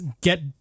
get